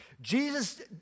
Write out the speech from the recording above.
Jesus